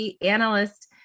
analyst